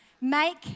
Make